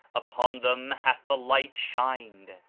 upon them hath the light shined.